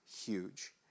huge